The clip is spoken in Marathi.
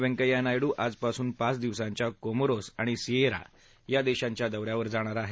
व्यंकय्या नायडू आजपासून पाच दिवसांच्या कोमोरोस आणि सिएरा या देशांच्या दौऱ्यावर जाणार आहेत